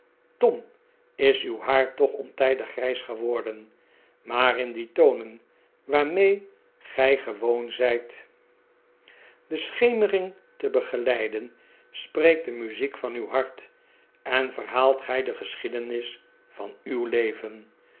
tom is uw haar toch ontijdig grijs ge worden maar in die tonen waarmee gijs gewoon zijt de schemering te begeleaden spreekt de muziek van uw hart en verhaalt gij de geschiedenis van uw leven